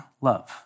love